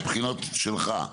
מהבחינות שלך,